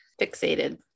Fixated